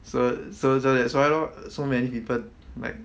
so so so that's why lor so many people like